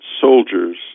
soldiers